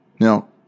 Now